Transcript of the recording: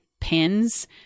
pins